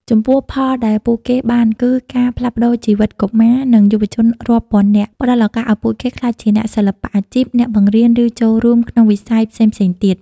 ចំពោះផលដែលពួកគេបានគឺ ការផ្លាស់ប្តូរជីវិតកុមារ និងយុវជនរាប់ពាន់នាក់ ផ្តល់ឱកាសឱ្យពួកគេក្លាយជាអ្នកសិល្បៈអាជីព អ្នកបង្រៀន ឬចូលរួមក្នុងវិស័យផ្សេងៗទៀត ។